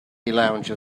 lounge